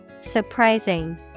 Surprising